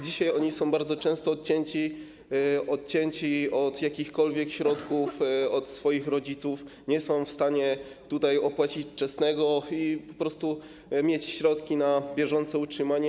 Dzisiaj oni są bardzo często odcięci od jakichkolwiek środków od swoich rodziców, nie są w stanie opłacić czesnego i po prostu nie mają środków na bieżące utrzymanie.